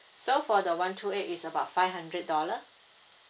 so for the one two eight is about five hundred dollar